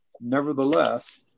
nevertheless